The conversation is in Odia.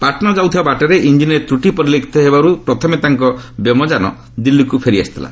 ପାଟନା ଯାଉଥିବା ବାଟରେ ଇଞ୍ଜିନ୍ରେ ତ୍ରଟି ପରିଲକ୍ଷିତ ହେବାରୁ ପ୍ରଥମେ ତାଙ୍କ ବ୍ୟୋମଯାନ ଦିଲ୍ଲୀକୁ ଫେରିଆସିଥିଲା